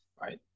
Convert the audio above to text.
right